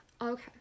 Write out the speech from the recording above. Okay